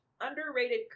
underrated